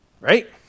right